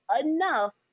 enough